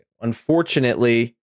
unfortunately